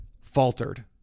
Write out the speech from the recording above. faltered